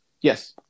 Yes